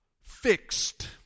fixed